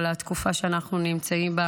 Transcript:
אבל התקופה שאנחנו נמצאים בה